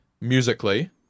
musically